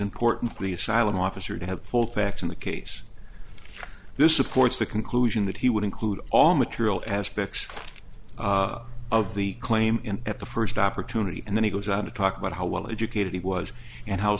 importantly asylum officer to have full facts in the case this supports the conclusion that he would include all material aspects of the claim at the first opportunity and then he goes on to talk about how well educated he was and how